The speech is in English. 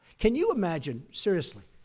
can you imagine seriously,